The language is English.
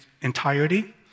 entirety